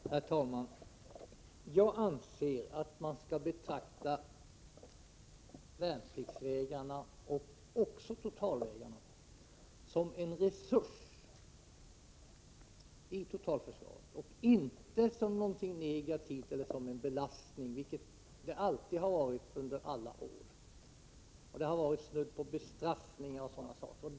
Herr talman! Jag anser att man skall betrakta värnpliktsvägrarna, och likaså totalvägrarna, som en resurs i totalförsvaret, inte som någonting negativt eller som en belastning, vilket alltid har skett under alla år. Det har varit snudd på bestraffning.